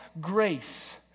grace